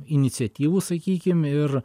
iniciatyvų sakykim ir